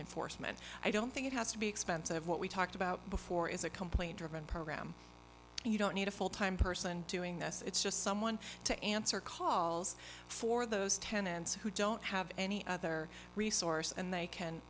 enforcement i don't think it has to be expensive what we talked about before is a complaint driven program and you don't need a full time person doing this it's just someone to answer calls for those tenants who don't have any other resource and they can